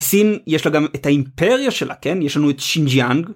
סין יש לה גם את האימפריה שלה, כן? יש לנו את שינג'יאנג.